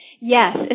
Yes